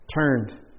turned